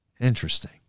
interesting